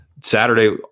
Saturday